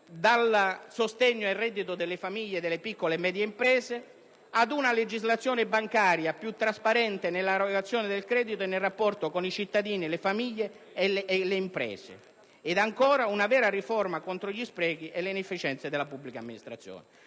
il sostegno al reddito delle famiglie e delle piccole e medie imprese, con una legislazione bancaria più trasparente nell'erogazione del credito e nel rapporto con i cittadini, le famiglie e le imprese e con una riforma contro gli sprechi e le inefficienze della pubblica amministrazione.